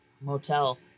motel